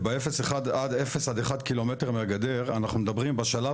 וב-0-1 קילומטר מהגדר אנחנו מדברים בשלב